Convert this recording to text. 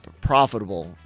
profitable